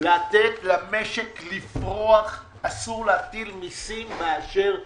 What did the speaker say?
לתת למשק לפרוח - אסור להטיל מיסים באשר הם.